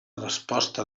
resposta